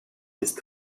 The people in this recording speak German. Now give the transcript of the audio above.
ist